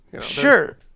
Sure